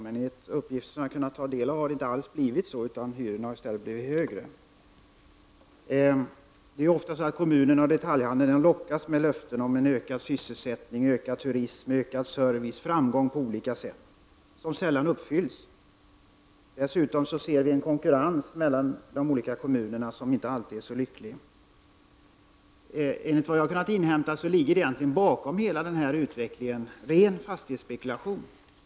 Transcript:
Men enligt uppgifter som jag har kunnat ta del har det inte alls blivit så, utan hyrorna har i stället blivit högre. Ofta lockas kommunerna och detaljhandeln med löften om ökad sysselsättning, ökad turism, ökad service och framgång på olika sätt, vilka sällan uppfylls. Dessutom ser vi en konkurrens mellan de olika kommunerna som inte alltid är så lycklig. Enligt det jag har kunnat inhämta ligger ren fastighetsspekulation bakom hela den här utvecklinen.